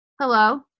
Hello